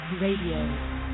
Radio